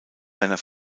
seiner